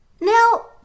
Now